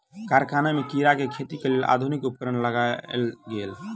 कारखाना में कीड़ा के खेतीक लेल आधुनिक उपकरण लगायल गेल